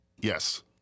yes